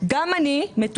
גם אני מטופלת,